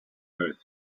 earth